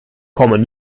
kommen